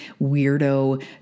weirdo